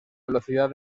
velocidad